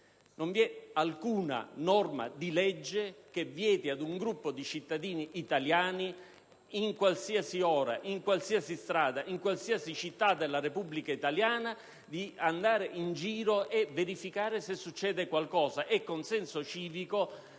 Non vi è alcuna norma di legge che vieti ad un gruppo di cittadini italiani, in qualsiasi ora, in qualsiasi strada, in qualsiasi città della Repubblica italiana, di andare in giro per verificare se succede qualcosa e, con senso civico,